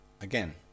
again